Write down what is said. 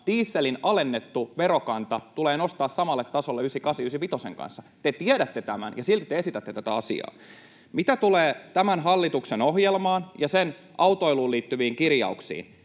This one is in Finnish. dieselin alennettu verokanta tulee nostaa samalle tasolle ysikasin ja ysivitosen kanssa. Te tiedätte tämän, ja silti te esitätte tätä asiaa. Mitä tulee tämän hallituksen ohjelmaan ja sen autoiluun liittyviin kirjauksiin,